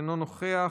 אינו נוכח,